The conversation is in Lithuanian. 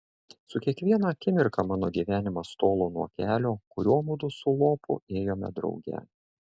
su kiekviena akimirka mano gyvenimas tolo nuo kelio kuriuo mudu su lopu ėjome drauge